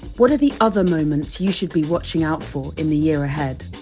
what are the other moments you should be watching out for, in the year ahead?